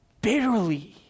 bitterly